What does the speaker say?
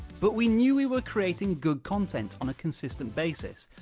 but we knew we were creating good content on a consistent basis.